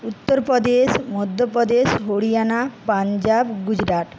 Uttar Pradesh Madhya Pradesh Haryana Punjab Gujarat